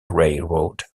railroad